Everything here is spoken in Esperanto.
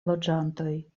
loĝantoj